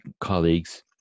colleagues